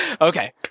Okay